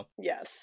Yes